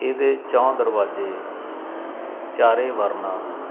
ਇਹਦੇ ਚੌਹ ਦਰਵਾਜ਼ੇ ਚਾਰੇ ਵਰਨਾਂ ਨੂੰ